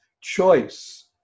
Choice